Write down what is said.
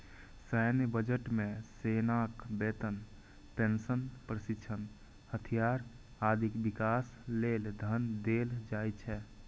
सैन्य बजट मे सेनाक वेतन, पेंशन, प्रशिक्षण, हथियार, आदिक विकास लेल धन देल जाइ छै